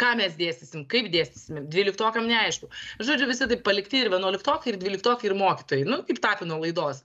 ką mes dėstysim kaip dėstysim dvyliktokam neaišku žodžiu visi taip palikti ir vienuoliktokai ir dvyliktokai ir mokytojai nu kaip tapino laidos